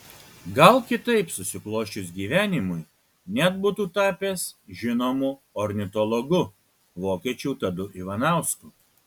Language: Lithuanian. gal kitaip susiklosčius gyvenimui net būtų tapęs žinomu ornitologu vokiečių tadu ivanausku